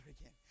again